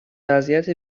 وضعیت